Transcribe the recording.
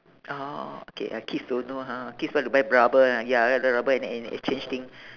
orh okay uh kids don't know ha kids like to buy rubber ah ya like to buy rubber and and exchange thing